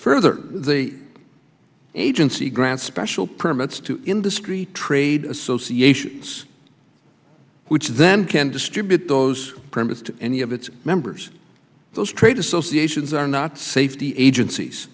further the agency grants special permits to industry trade associations which then can distribute those promised any of its members those trade associations are not safety agencies